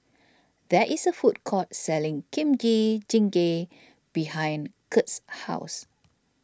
there is a food court selling Kimchi Jjigae behind Curt's house